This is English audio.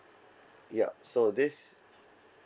yup so this